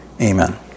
amen